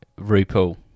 RuPaul